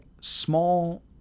small